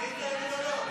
ראית אבן או לא?